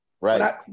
Right